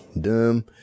dumb